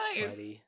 nice